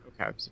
Okay